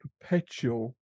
perpetual